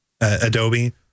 Adobe